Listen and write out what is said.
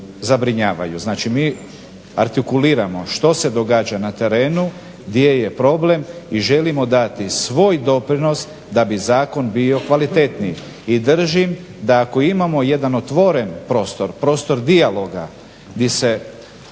Znači mi artikuliramo što se događa na terenu, gdje je problem i želimo dati svoj doprinos da bi zakon bio kvalitetniji. I držim da ako imamo jedan otvoren prostor, prostor dijaloga gdje se